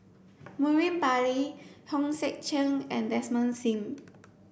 Murali Pillai Hong Sek Chern and Desmond Sim